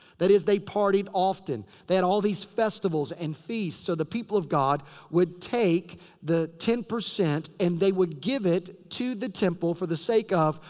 that is, they partied often. they had all these festivals and feasts. so the people of god would take the ten percent and they would give it to the temple for the sake of,